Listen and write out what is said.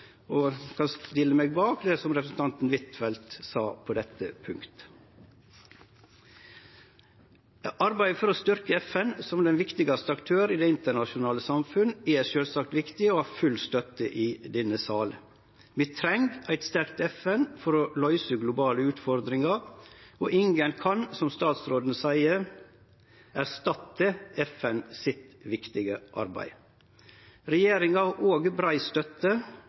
eg kan stille meg bak det som representanten Huitfeldt sa på dette punktet. Arbeidet for å styrkje FN som den viktigaste aktøren i det internasjonale samfunnet er sjølvsagt viktig og har full støtte i denne salen. Vi treng eit sterkt FN for å løyse globale utfordringar. Ingen kan – som utanriksministeren seier – erstatte FNs viktige arbeid. Regjeringa har brei støtte